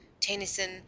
tennyson